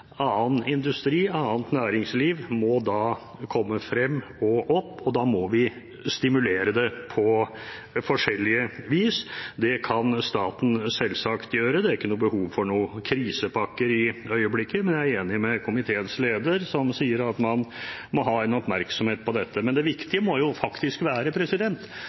Annen industri, annet næringsliv, må da komme frem og opp. Det må vi stimulere til på forskjellige vis. Det kan staten selvsagt gjøre. Det er ikke behov for noen krisepakker i øyeblikket, men jeg er enig med komiteens leder, som sier at man må være oppmerksom på dette. Det viktige må